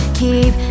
keep